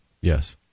Yes